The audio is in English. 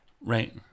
right